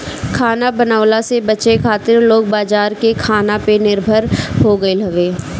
खाना बनवला से बचे खातिर लोग बाजार के खाना पे निर्भर हो गईल हवे